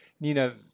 Nina